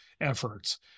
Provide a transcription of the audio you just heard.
efforts